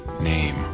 name